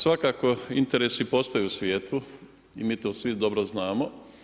Svakako interesi postoje u svijetu i mi to svi dobro znamo.